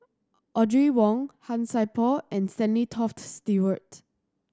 Audrey Wong Han Sai Por and Stanley Toft Stewart